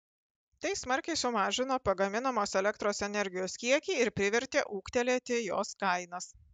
tai smarkiai sumažino pagaminamos elektros energijos kiekį ir privertė ūgtelėti jos kainas